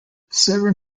severn